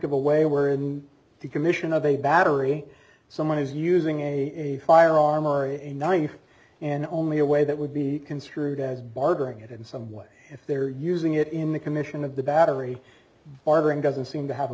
of a way where in the commission of a battery someone is using a firearm or a knife in only a way that would be construed as barbaric it in some way if they're using it in the commission of the battery harboring doesn't seem to have a